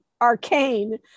arcane